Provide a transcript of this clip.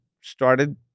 started